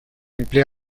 emplea